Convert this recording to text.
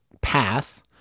pass